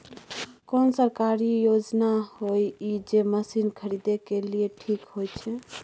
कोन सरकारी योजना होय इ जे मसीन खरीदे के लिए ठीक होय छै?